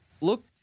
look